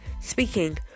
speaking